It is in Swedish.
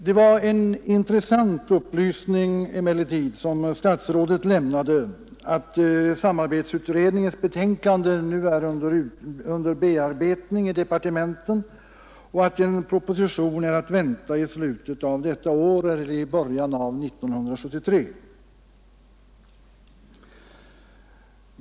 Det var emellertid en intressant upplysning statsrådet lämnade: att samarbetsutredningens betänkande nu är under bearbetning i departementen och att en proposition är att vänta i slutet av detta år eller i början av 1973.